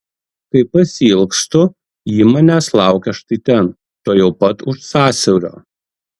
kai pasiilgstu ji manęs laukia štai ten tuojau pat už sąsiaurio